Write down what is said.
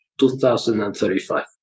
2035